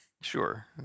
sure